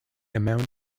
amount